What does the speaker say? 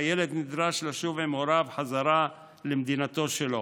והילד נדרש לשוב עם הוריו חזרה למדינתו שלו.